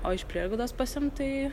o iš prieglaudos pasiimt tai